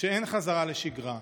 שאין חזרה לשגרה,